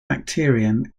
bacterium